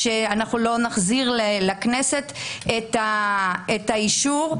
לא להחזיר לכנסת את האישור,